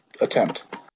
attempt